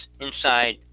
inside